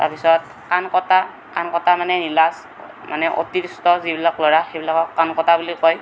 তাৰপিছত কাণ কটা কাণ কটা মানে নিলাজ মানে অতি দুষ্ট যিবিলাক ল'ৰা সেই বিলাকক কাণ কটা বুলি কয়